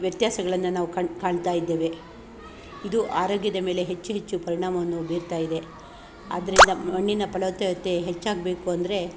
ವ್ಯತ್ಯಾಸಗಳನ್ನು ನಾವು ಕಣ್ ಕಾಣ್ತಾಯಿದ್ದೇವೆ ಇದು ಆರೋಗ್ಯದ ಮೇಲೆ ಹೆಚ್ಚು ಹೆಚ್ಚು ಪರಿಣಾಮವನ್ನು ಬಿರ್ತಾಯಿದೆ ಆದ್ರಿಂದಾ ಮಣ್ಣಿನ ಫಲವತ್ತತೆ ಹೆಚ್ಚಾಗಬೇಕು ಅಂದರೆ